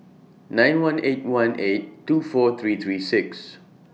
nine one eight one eight two four three three six